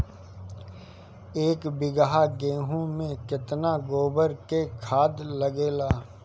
एक बीगहा गेहूं में केतना गोबर के खाद लागेला?